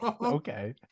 Okay